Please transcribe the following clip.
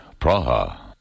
Praha